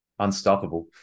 unstoppable